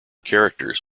characters